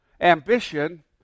ambition